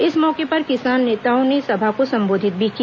इस मौके पर किसान नेताओं ने सभा को संबोधित भी किया